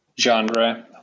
genre